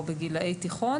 או לגילאי תיכון.